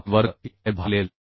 हा pi वर्ग E I भागिले L